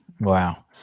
wow